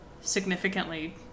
significantly